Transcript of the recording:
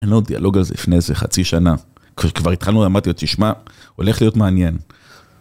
אין לו דיאלוג על זה לפני איזה חצי שנה, כבר התחלנו, אמרתי לו תשמע, הולך להיות מעניין.